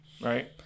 right